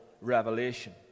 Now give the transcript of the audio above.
revelation